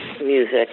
music